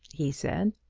he said.